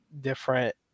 different